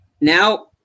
now